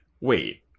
wait